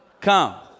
come